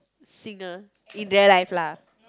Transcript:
singer in their life lah